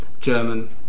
German